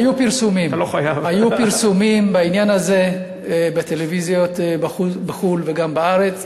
היו פרסומים בעניין הזה בטלוויזיה בחו"ל וגם בארץ.